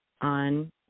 on